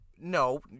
No